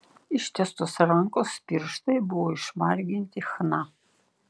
ištiestos rankos pirštai buvo išmarginti chna